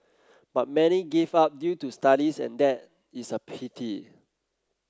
but many give up due to studies and that is a pity